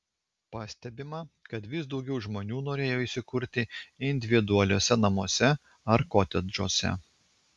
pastebima kad vis daugiau žmonių norėjo įsikurti individualiuose namuose ar kotedžuose